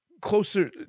closer